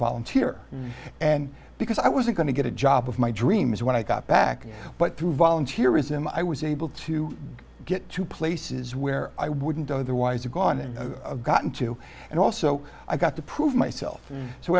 volunteer and because i wasn't going to get a job of my dreams when i got back but through volunteerism i was able to get to places where i wouldn't otherwise have gone and gotten to and also i got to prove myself so